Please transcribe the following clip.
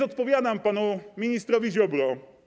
Odpowiadam panu ministrowi Ziobro.